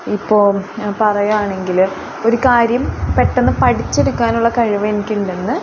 ഇപ്പോൾ പറയുകയാണെങ്കിൽ ഒരു കാര്യം പെട്ടെന്ന് പഠിച്ചെടുക്കാനുള്ള കഴിവെനിക്കുണ്ടെന്ന്